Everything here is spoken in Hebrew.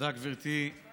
תודה, גברתי היושבת-ראש.